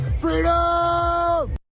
Freedom